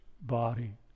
body